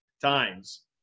times